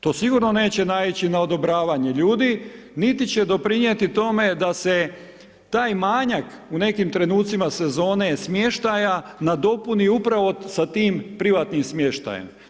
To sigurno neće naići na odobravanje ljudi, niti će doprinijeti tome da se taj manjak u nekim trenucima sezone smještaja nadopuni upravo sa tim privatnim smještajem.